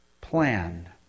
plan